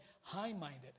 high-minded